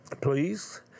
Please